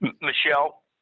Michelle